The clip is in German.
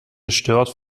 gestört